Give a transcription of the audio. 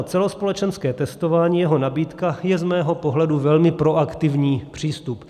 Celospolečenské testování, jeho nabídka, je z mého pohledu velmi proaktivní přístup.